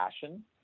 passion